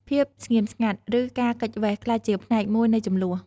ភាពស្ងៀមស្ងាត់ ឬការគេចវេសក្លាយជាផ្នែកមួយនៃជម្លោះ។